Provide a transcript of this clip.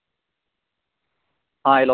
हॅं हेल्लो कौन